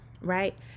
right